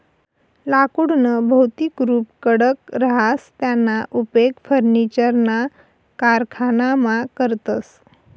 लाकुडनं भौतिक रुप कडक रहास त्याना उपेग फर्निचरना कारखानामा करतस